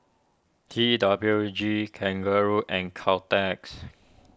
T W G Kangaroo and Caltex